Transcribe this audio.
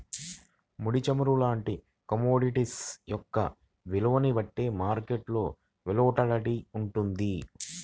ముడి చమురు లాంటి కమోడిటీస్ యొక్క విలువని బట్టే మార్కెట్ వోలటాలిటీ వుంటది